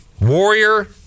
Warrior